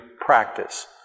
practice